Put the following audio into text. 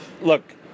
Look